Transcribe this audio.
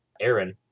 Aaron